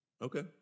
Okay